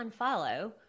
unfollow